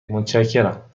متشکرم